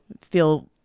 feel